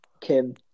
Kim